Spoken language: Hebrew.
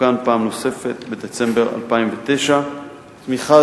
ותוקן פעם נוספת בדצמבר 2009. תמיכה